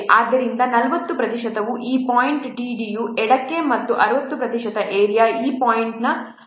ಆದ್ದರಿಂದ 40 ಪ್ರತಿಶತವು ಈ ಪಾಯಿಂಟ್ TD ಯ ಎಡಕ್ಕೆ ಮತ್ತು 60 ಪ್ರತಿಶತ ಏರಿಯಾ ಈ ಪಾಯಿಂಟ್ T ಯ ಬಲಕ್ಕೆ ಇರುತ್ತದೆ D